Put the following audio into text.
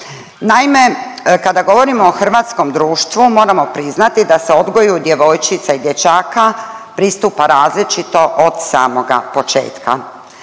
Naime, kada govorimo o hrvatskom društvu moramo priznati da se odgoju djevojčica i dječaka pristupa različito od samoga početka.